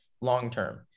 long-term